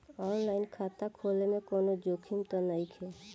आन line खाता खोले में कौनो जोखिम त नइखे?